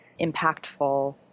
impactful